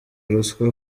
ruswa